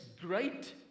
great